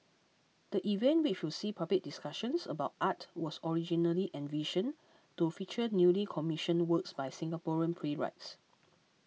the event which will see public discussions about art was originally envisioned to feature newly commissioned works by Singaporean playwrights